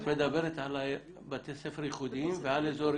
את מדברת על בתי ספר יחודיים ועל-אזוריים.